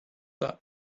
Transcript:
that